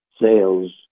sales